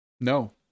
No